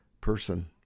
person